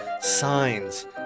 signs